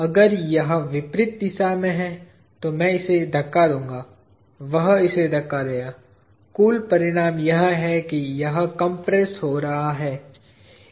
अगर यह विपरीत दिशा में है तो मैं इसे धक्का दूंगा वह इसे धक्का देगा कुल परिणाम यह है कि यह कंप्रेस हो रहा है